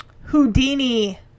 Houdini-